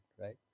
right